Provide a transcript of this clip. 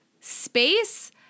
space